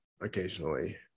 Occasionally